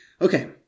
Okay